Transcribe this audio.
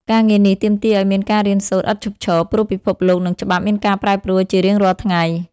ការងារនេះទាមទារឱ្យមានការរៀនសូត្រឥតឈប់ឈរ ព្រោះពិភពលោក និងច្បាប់មានការប្រែប្រួលជារៀងរាល់ថ្ងៃ។